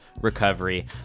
recovery